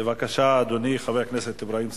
בבקשה, אדוני חבר הכנסת אברהים צרצור.